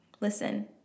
Listen